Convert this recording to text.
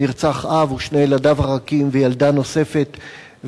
נרצחו אב ושני ילדיו הרכים וילדה נוספת,